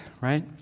right